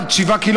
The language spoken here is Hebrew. עד 7 קילומטרים,